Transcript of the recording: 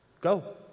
Go